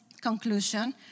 conclusion